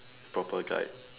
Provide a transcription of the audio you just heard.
proper guide